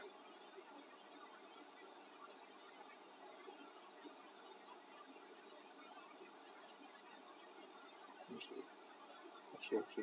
okay okay okay